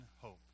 hope